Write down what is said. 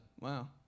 Wow